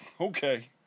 Okay